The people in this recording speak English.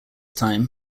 time